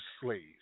slaves